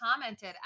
commented